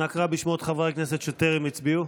אנא קרא בשמות חברי הכנסת שטרם הצביעו.